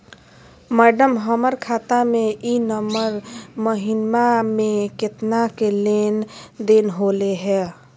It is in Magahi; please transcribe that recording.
मैडम, हमर खाता में ई नवंबर महीनमा में केतना के लेन देन होले है